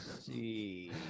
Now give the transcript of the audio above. see